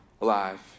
alive